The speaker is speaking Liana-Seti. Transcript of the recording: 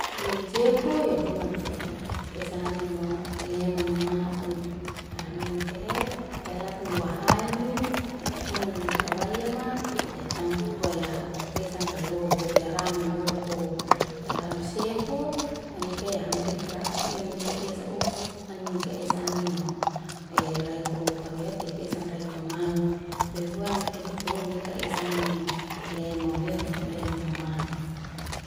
Gin sefu ya huna tu esa anino lemun hamaun hama nikahe ya lakni ya wahaime ya hunani kawal yama ecam huya esan ralohuk ya ramun lohuk ya ram sefu munika eya hamdekara au ian nika esa'o anika esa anino raiko baru ya tep esan raiko amaun, loy huan tep'o nika esanino lemon leu tip lemun amau.